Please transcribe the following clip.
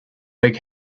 big